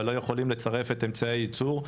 אבל לא יכולים לצרף את אמצעי הייצור.